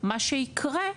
מה שיקרה,